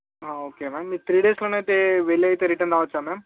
ఒకే ma'am three డేస్లోని అయితే వెళ్ళీ అయితే రిటర్న్ రావచ్చా మామ్